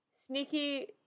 Sneaky